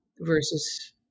versus